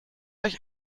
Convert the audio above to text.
euch